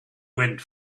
went